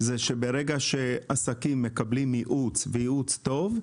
הוא שברגע שעסקים מקבלים ייעוץ טוב,